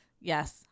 Yes